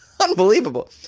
Unbelievable